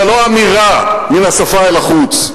זה לא אמירה מן השפה אל החוץ,